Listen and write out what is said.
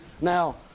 Now